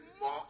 more